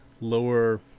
lower